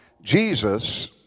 Jesus